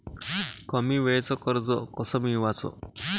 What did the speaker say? कमी वेळचं कर्ज कस मिळवाचं?